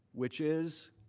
which is